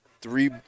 three